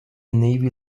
navy